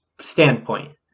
standpoint